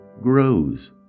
grows